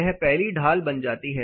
यह पहली ढाल बन जाती है